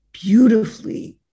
Beautifully